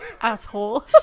Asshole